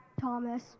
Thomas